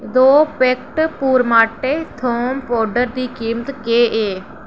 दो पैकट पुरमाटे थोम पौडर दी कीमत केह् ऐ